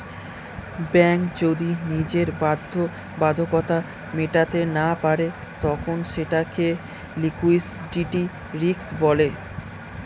bank যদি নিজের বাধ্যবাধকতা মেটাতে না পারে তখন সেটাকে লিক্যুইডিটি রিস্ক বলে